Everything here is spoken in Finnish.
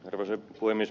arvoisa puhemies